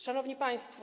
Szanowni Państwo!